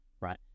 right